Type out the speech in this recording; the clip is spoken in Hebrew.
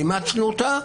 אימצנו אותה,